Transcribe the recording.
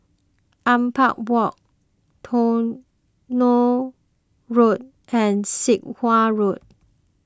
Ampang Walk Tronoh Road and Sit Wah Road